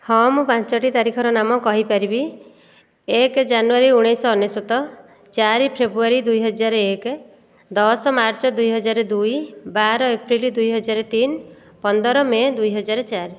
ହଁ ମୁଁ ପାଞ୍ଚଟି ତାରିଖର ନାମ କହିପାରିବି ଏକ ଜାନୁଆରୀ ଉଣାଇଶଶହ ଅନେଶ୍ୱତ ଚାରି ଫେବ୍ରୁଆରୀ ଦୁଇହଜାର ଏକ ଦଶ ମାର୍ଚ୍ଚ ଦୁଇହଜାର ଦୁଇ ବାର ଏପ୍ରିଲ ଦୁଇହଜାର ତିନି ପନ୍ଦର ମେ ଦୁଇହଜାର ଚାରି